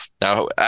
Now